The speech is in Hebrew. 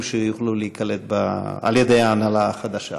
שיוכלו להיקלט על ידי ההנהלה החדשה.